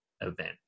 event